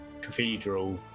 cathedral